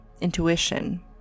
intuition